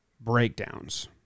breakdowns